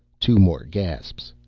two more gasps.